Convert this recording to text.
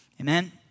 Amen